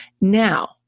Now